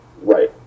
Right